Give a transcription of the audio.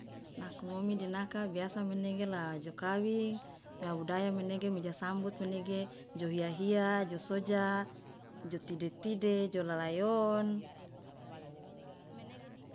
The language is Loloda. Nako ngomi dinaka biasa menege la jo kawi mia budaya menege mi ja sambut menege jo hiya hiya jo soja jo tide tide jo lalayon.